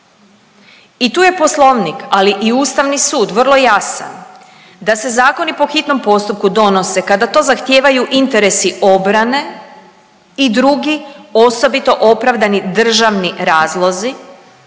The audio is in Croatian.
i tu je Poslovnik, ali i Ustavni sud vrlo jasan da se zakoni po hitnom postupku donose kada to zahtijevaju interesi obrane i drugi osobito opravdani državni razlozi